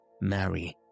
Marry